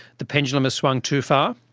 the pendulum has swung too far.